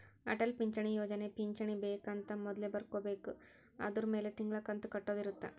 ಅಟಲ್ ಪಿಂಚಣಿ ಯೋಜನೆ ಪಿಂಚಣಿ ಬೆಕ್ ಅಂತ ಮೊದ್ಲೇ ಬರ್ಕೊಬೇಕು ಅದುರ್ ಮೆಲೆ ತಿಂಗಳ ಕಂತು ಕಟ್ಟೊದ ಇರುತ್ತ